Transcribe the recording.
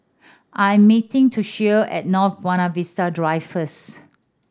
I'm meeting Toshio at North Buona Vista Drive first